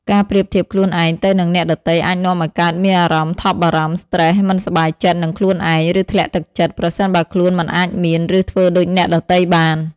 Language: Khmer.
ការប្រៀបធៀបខ្លួនឯងទៅនឹងអ្នកដទៃអាចនាំឱ្យកើតមានអារម្មណ៍ថប់បារម្ភ ស្រ្តេស មិនសប្បាយចិត្តនឹងខ្លួនឯង ឬធ្លាក់ទឹកចិត្ត ប្រសិនបើខ្លួនមិនអាចមាន ឬធ្វើដូចអ្នកដទៃបាន។